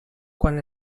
quan